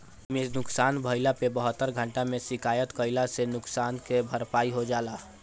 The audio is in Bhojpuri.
इमे नुकसान भइला पे बहत्तर घंटा में शिकायत कईला से नुकसान के भरपाई हो जाला